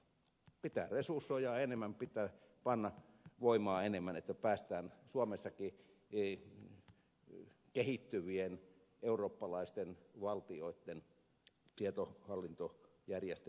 pitää resursoida enemmän pitää panna voimaa enemmän että päästään suomessakin kehittyvien eurooppalaisten valtioitten tietohallintojärjestelmien tasolle